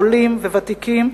עולים וותיקים,